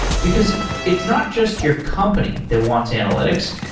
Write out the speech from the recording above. because it's not just your company that wants analytics.